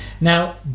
Now